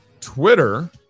twitter